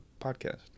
podcast